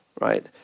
right